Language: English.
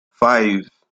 five